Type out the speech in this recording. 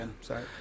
Sorry